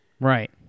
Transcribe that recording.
Right